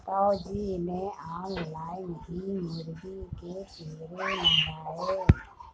ताऊ जी ने ऑनलाइन ही मुर्गी के पिंजरे मंगाए